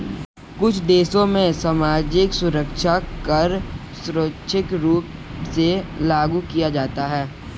कुछ देशों में सामाजिक सुरक्षा कर स्वैच्छिक रूप से लागू किया जाता है